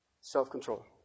self-control